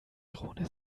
drohne